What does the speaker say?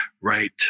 right